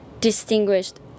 distinguished